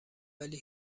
ولی